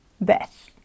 Beth